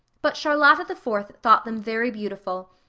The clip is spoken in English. but charlotta the fourth thought them very beautiful,